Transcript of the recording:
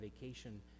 vacation